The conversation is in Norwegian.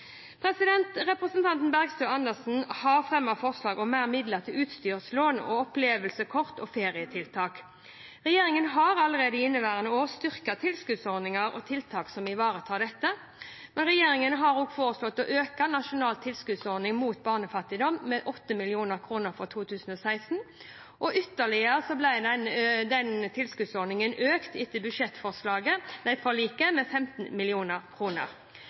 Bergstø og Andersen har fremmet forslag om mer midler til utstyrslån, opplevelseskort og ferietiltak. Regjeringen har allerede i inneværende år styrket tilskuddsordninger og tiltak som ivaretar dette. Regjeringen har også foreslått å øke Nasjonal tilskuddsordning mot barnefattigdom med 8 mill. kr for 2016. Etter budsjettforliket ble denne tilskuddsordningen økt ytterligere,